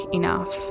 enough